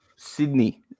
Sydney